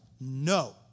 no